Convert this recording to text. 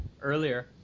earlier